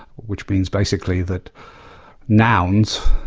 which means basically that nouns,